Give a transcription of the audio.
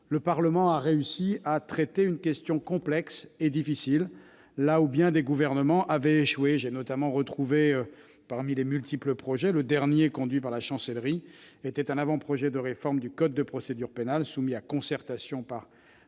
le Parlement a réussi à traiter une question complexe et difficile là où bien des gouvernements avaient échoué. J'ai notamment retrouvé, parmi les multiples projets, le dernier qu'avait conduit la Chancellerie et qui constituait un avant-projet de réforme du code de procédure pénale, soumis à concertation par